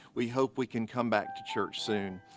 we hope we can come back to church soon.